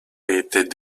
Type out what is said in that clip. étaient